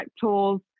tools